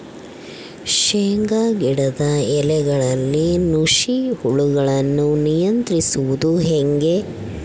ಶೇಂಗಾ ಗಿಡದ ಎಲೆಗಳಲ್ಲಿ ನುಷಿ ಹುಳುಗಳನ್ನು ನಿಯಂತ್ರಿಸುವುದು ಹೇಗೆ?